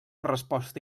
resposta